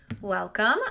Welcome